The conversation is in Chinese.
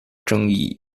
争议